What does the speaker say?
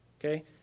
okay